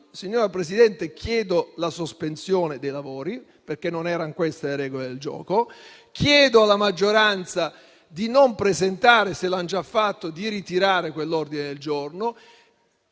signora Presidente, chiedo la sospensione dei lavori perché non erano queste le regole del gioco e chiedo ai colleghi della maggioranza di non presentare - e se l'hanno già fatto di ritirarlo - quell'ordine del giorno.